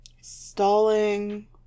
Stalling